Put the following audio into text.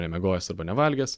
nemiegojęs arba nevalgęs